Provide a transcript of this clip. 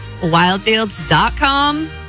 Wildfields.com